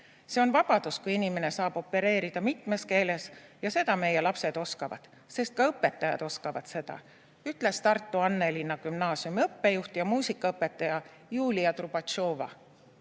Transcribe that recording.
See on vabadus, kui inimene saab opereerida mitmes keeles ja seda meie lapsed oskavad, sest ka õpetajad oskavad seda," ütles Tartu Annelinna gümnaasiumi õppejuht ja muusikaõpetaja Julia Trubatšova.